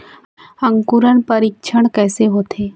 अंकुरण परीक्षण कैसे होथे?